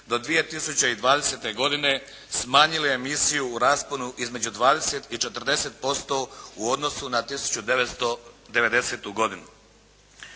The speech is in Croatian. do 2020. godine smanjile emisiju u rasponu između 20 i 40% u odnosu na 1990. godinu.